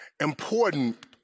important